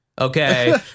okay